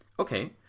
Okay